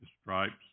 stripes